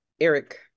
Eric